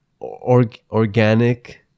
organic